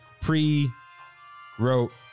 pre-wrote